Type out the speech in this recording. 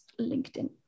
LinkedIn